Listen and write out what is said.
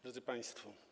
Drodzy Państwo!